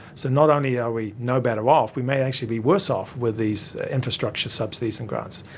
so not only are we no better off, we may actually be worse off with these infrastructure subsidies and grants.